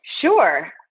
Sure